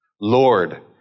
Lord